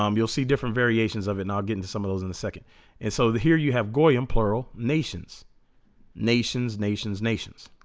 um you'll see different variations of it now get into some of those in a second and so here you have gone and plural nations nations nations nations